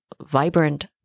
vibrant